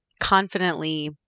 confidently